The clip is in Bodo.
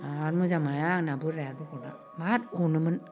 आरो मोजांमोनहाय आंना बोरायाबो गला मात अनोमोन